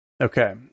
Okay